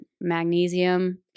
magnesium